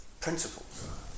principles